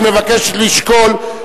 היא מבקשת לשקול,